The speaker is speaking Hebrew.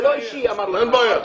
זה לא אישי, זה כללי.